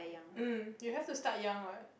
mm you have to start young what